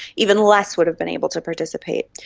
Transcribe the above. even less would have been able to participate.